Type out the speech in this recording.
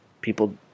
People